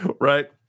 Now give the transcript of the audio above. Right